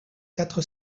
quatre